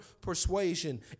persuasion